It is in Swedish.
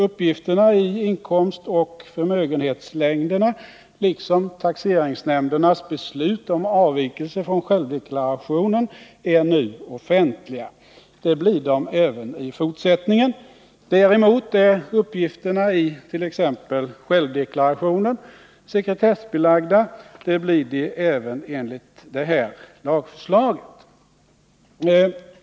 Uppgifterna i inkomstoch förmögenhetslängderna liksom taxeringsnämndernas beslut om avvikelse från självdeklarationen är nu offentliga. Det blir de även i fortsättningen. Däremot är uppgifterna it.ex. Nr 102 självdeklarationen sekretessbelagda. Det blir de även enligt lagförslaget.